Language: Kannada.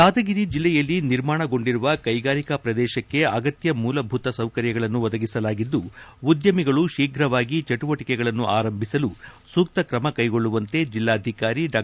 ಯಾದಗಿರಿ ಜಿಲ್ಲೆಯಲ್ಲಿ ನಿರ್ಮಾಣಗೊಂಡಿರುವ ಕೈಗಾರಿಕಾ ಪ್ರದೇಶಕ್ಕೆ ಅಗತ್ಯ ಮೂಲಭೂತ ಸೌಕರ್ಯಗಳನ್ನು ಒದಗಿಸಲಾಗಿದ್ದು ಉದ್ಮಿಗಳು ಶೀಘವಾಗಿ ಚಟುವಟಕೆಗಳನ್ನು ಆರಂಭಿಸಲು ಸೂಕ್ತ ತ್ರಮ ಕೈಗೊಳ್ಳುವಂತೆ ಜಿಲ್ಲಾಧಿಕಾರಿ ಡಾ